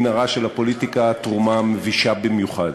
הרע של הפוליטיקה תרומה מבישה במיוחד.